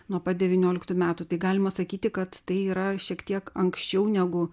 nuo pat devynioliktų metų tai galima sakyti kad tai yra šiek tiek anksčiau negu